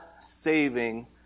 saving